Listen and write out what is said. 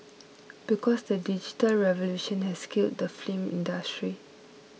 because the digital revolution has killed the film industry